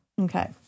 Okay